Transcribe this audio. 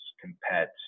compared